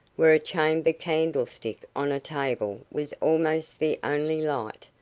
where a chamber candlestick on a table was almost the only light,